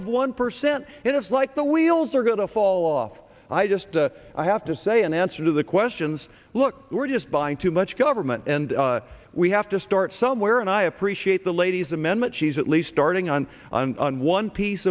of one percent and it's like the wheels are going to fall off i just i have to say in answer to the questions look we're just buying too much government and we have to start somewhere and i appreciate the ladies amendment she's at least starting on an on one piece